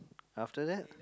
after that